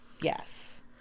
Yes